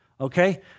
okay